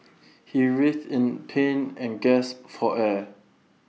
he writhed in pain and gasped for air